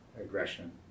aggression